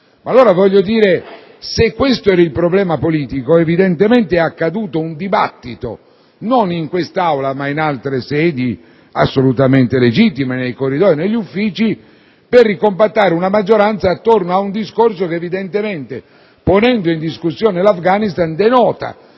e alleati. Se questo era il problema politico, evidentemente si è svolto un dibattito non in quest'Aula, ma in altre sedi assolutamente legittime, nei corridoi e negli uffici, per ricompattare una maggioranza attorno ad un discorso che evidentemente, ponendo in discussione l'Afghanistan, denota